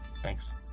Thanks